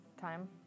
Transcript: time